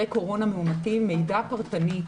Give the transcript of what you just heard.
קורונה מאומתים מידע פרטני למדינות,